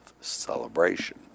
celebration